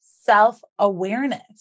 self-awareness